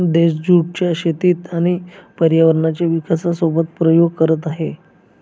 देश ज्युट च्या शेतीचे आणि पर्यायांचे विकासासोबत प्रयोग करत आहे